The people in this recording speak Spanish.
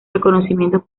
reconocimientos